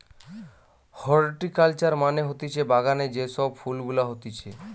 horticulture মানে হতিছে বাগানে যে সব ফুল গুলা হতিছে